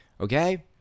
okay